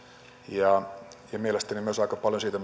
ja mielestäni myös aika paljon siitä